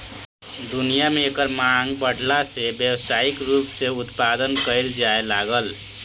दुनिया में एकर मांग बाढ़ला से व्यावसायिक रूप से उत्पदान कईल जाए लागल